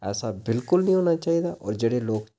ऐसा बिल्कुल नेईं होना चाहिदा होर जेह्ड़े लोक